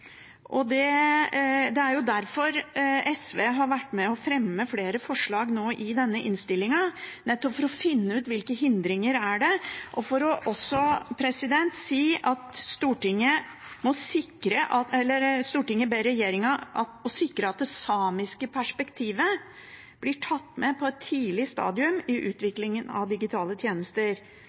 Det er derfor SV har vært med og fremmet flere forslag i denne innstillingen. Det er nettopp for å finne ut hvilke hindringer som er der, og for å si at Stortinget ber regjeringen sikre at det samiske perspektivet blir tatt med på et tidlig stadium i utviklingen av digitale tjenester.